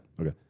Okay